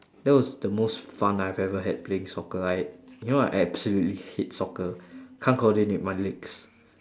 that was the most fun I've ever had playing soccer I you know I absolutely hate soccer can't coordinate my legs